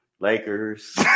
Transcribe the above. Lakers